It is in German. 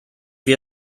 wir